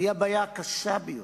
והיא הבעיה הקשה ביותר,